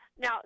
Now